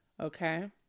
okay